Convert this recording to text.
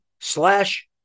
slash